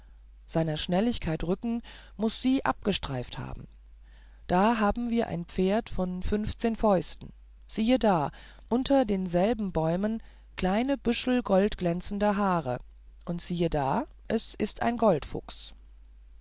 sr schnelligkeit rücken mußte sie abgestreift haben da haben wir ein pferd von fünfzehn fäusten siehe da unter denselben bäumen kleine büschel goldglänzender haare und siehe da es ist ein goldfuchs